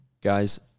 Guys